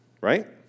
right